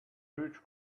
huge